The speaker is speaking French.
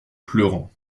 pleurant